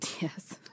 yes